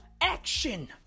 action